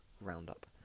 roundup